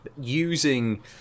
using